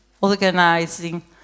organizing